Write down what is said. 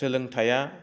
सोलोंथाइया